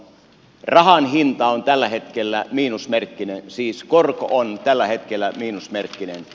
rahan hinta on tällä hetkellä miinusmerkkinen siis korko on tällä hetkellä miinusmerkkinen